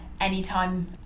anytime